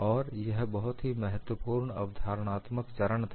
और यह बहुत ही महत्वपूर्ण अवधारणात्मक चरण था